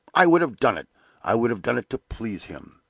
i would have done it i would have done it to please him!